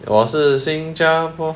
我是新加坡